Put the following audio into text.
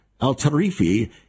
al-Tarifi